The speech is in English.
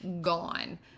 gone